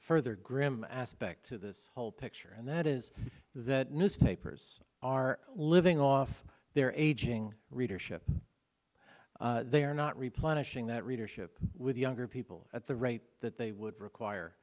further grim aspect to this whole picture and that is that newspapers are living off their aging readership they are not replenishing that readership with younger people at the right that they would require